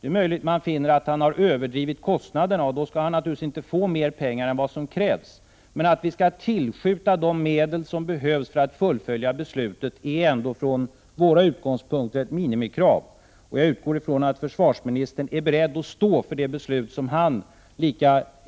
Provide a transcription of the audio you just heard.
Det är möjligt att man finner att han har överdrivit kostnaderna, och då skall han naturligtvis inte få mer pengar än vad som behövs, men att vi skall tillskjuta de medel som krävs för att fullfölja beslutet är ändå från våra utgångspunkter ett minimikrav. Jag utgår från att försvarsministern är beredd att stå för det beslut som han i